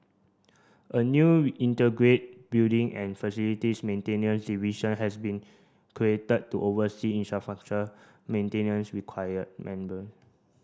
a new integrate building and facilities maintenance division has been created to oversee infrastructure maintenance